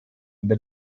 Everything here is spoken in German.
über